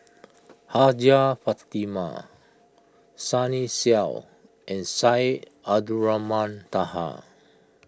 Hajjah Fatimah Sunny Sia and Syed Abdulrahman Taha